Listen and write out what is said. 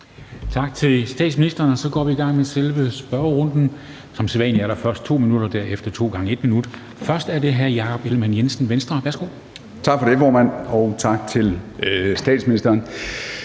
Tak til statsministeren. Så går vi i gang med selve spørgerunden. Som sædvanlig er der først 2 minutter og derefter 2 gange 1 minut. Først er det hr. Jakob Ellemann-Jensen, Venstre. Værsgo. Kl. 13:04 Spm. nr. US 57 Jakob Ellemann-Jensen